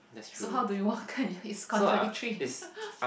so how do you why can't it's contradictory